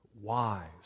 wise